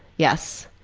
yes.